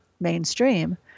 mainstream